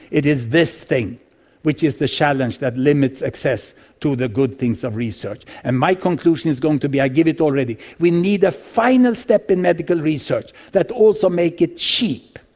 it is this thing which is the challenge that limits access to the good things of research. and my conclusion is going to be. i give it already. we need a final step in medical research that also makes it cheap.